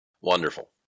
Wonderful